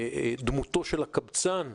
כדמותו של הקבצן.